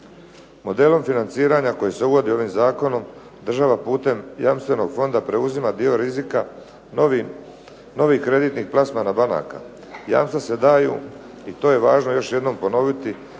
Modelom financiranja koji se uvodi ovim Zakonom država putem jamstvenog fonda preuzima dio rizika novi kreditnih plasmana banaka. Jamstva se daju i to je važno još jednom ponoviti